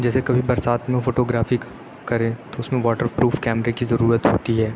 جیسے کبھی برسات میں فوٹوگرافک کریں تو اس میں واٹر پروف کیمرے کی ضرورت ہوتی ہے